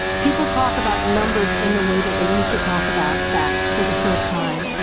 people talk about numbers in the way that they used to talk about facts for the first time.